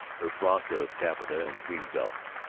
her frock of taffeta and green velvet,